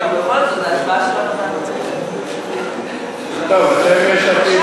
וקבוצת סיעת העבודה לפני סעיף 1 לא נתקבלה.